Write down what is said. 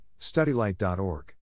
StudyLight.org